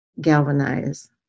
galvanize